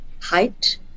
height